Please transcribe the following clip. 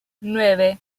nueve